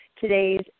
today's